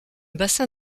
bassin